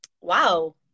Wow